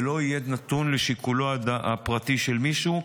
זה לא יהיה נתון לשיקולו הפרטי של מישהו,